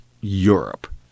Europe